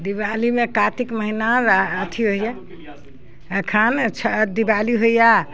दीवालीमे कातिक महिना अथी होइए एखन दीवाली होइए